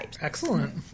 excellent